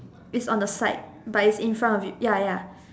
it's on the side but it's in front of it ya ya